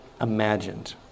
imagined